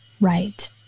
right